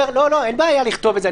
אין בעיה לכתוב את זה.